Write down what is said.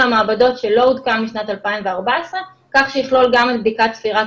המעבדות שלא עודכן משנת 2014 כך שיכלול גם את בדיקת ספירת